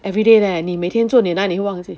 everyday leh 你每天做你那里会忘记